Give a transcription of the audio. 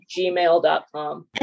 gmail.com